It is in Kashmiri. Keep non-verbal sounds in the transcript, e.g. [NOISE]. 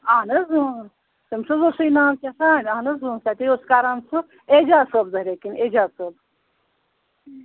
اہن حظ اۭ تٔمِس حظ اوسُے ناو کیٛاہ تھانۍ اہن حظ اۭ تَتے حظ اوس کران سُہ اعجاز صٲب زٔہریا کِنۍ اعجاز صٲب [UNINTELLIGIBLE]